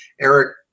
Eric